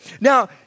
Now